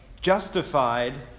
justified